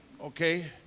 okay